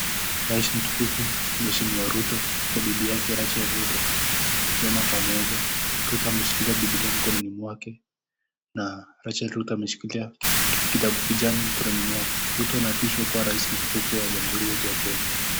Rais mtukufu mheshimiwa Ruto na bibi yake Rachel Ruto wamesimama pamoja. Ruto ameshikilia bibilia mkononi mwake na Rachel Ruto ameshikilia kitabu kijani mkononi mwake . Ruto anaapishwa kuwa rais mtukufu wa jamhuri yetu ya Kenya.